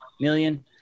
Million